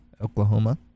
Oklahoma